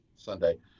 Sunday